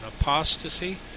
apostasy